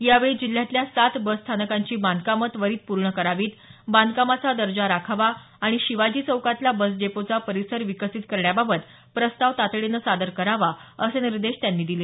यावेळी जिल्ह्यातल्या सात बसस्थानकांची बांधकामं त्वरीत पूर्ण करावीत बांधकामाचा दर्जा राखावा आणि शिवाजी चौकातील बस डेपोचा परिसर विकसित करण्याबाबत प्रस्ताव तातडीनं सादर करावा असे निर्देश दिले